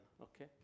okay